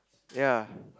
ya